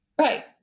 Right